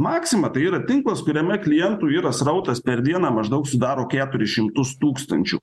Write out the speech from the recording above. maxima tai yra tinklas kuriame klientų yra srautas per dieną maždaug sudaro keturis šimtus tūkstančių